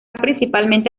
principalmente